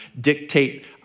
dictate